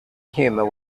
humour